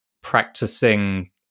practicing